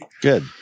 Good